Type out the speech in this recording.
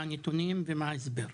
מהם הנתונים ומה ההסבר?